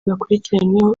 bakurikiranyweho